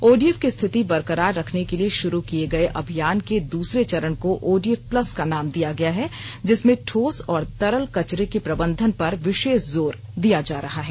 ODF की स्थिति बरकरार रखने के लिए शुरू किये गए अभियान के दूसरे चरण को ओडीएफ प्लस का नाम दिया गया है जिसमें ठोस और तरल कचरे के प्रबंधन पर विशेष जोर दिया जा रहा है